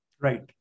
Right